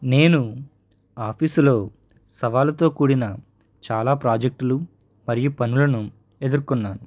నేను ఆఫీస్లో సవాలుతో కూడిన చాలా ప్రాజెక్టులు మరియు పనులను ఎదురుకున్నాను